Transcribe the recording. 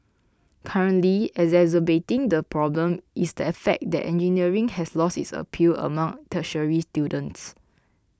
currently exacerbating the problem is the fact that engineering has lost its appeal among tertiary students